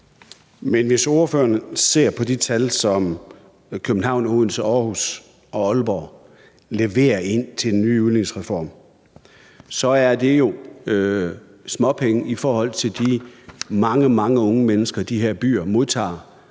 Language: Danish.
Men hvis ordføreren ser på de tal, som København, Odense, Aarhus og Aalborg leverer ind til den ny udligningsreform, så er det jo småpenge i forhold til de mange, mange unge mennesker, de her byer modtager